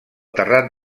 terrat